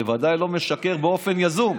בוודאי לא משקר באופן יזום.